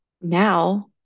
now